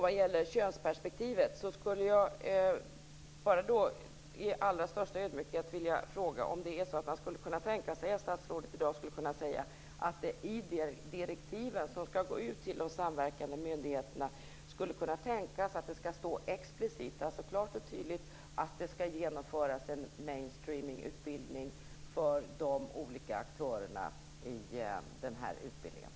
Vad gäller könsperspektivet skulle jag i allra största ödmjukhet vilja fråga om statsrådet i dag skulle kunna säga att det i de direktiv som skall gå ut till de samverkande myndigheterna explicit, alltså klart och tydligt, skall stå att det skall genomföras en mainstream-utbildning för de olika aktörerna.